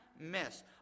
miss